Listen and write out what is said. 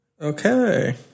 Okay